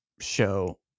show